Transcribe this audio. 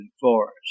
forest